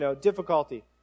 difficulty